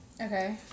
Okay